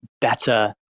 better